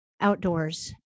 outdoors